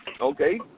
Okay